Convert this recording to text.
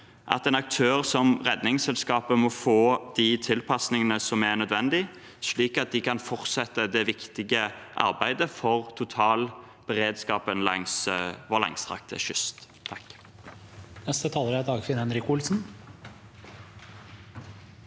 at en aktør som Redningsselskapet må få de tilpassingene som er nødvendig, slik at de kan fortsette det viktige arbeidet for totalberedskapen langs vår langstrakte kyst. Dagfinn Henrik Olsen